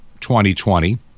2020